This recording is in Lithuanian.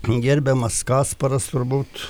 gerbiamas kasparas turbūt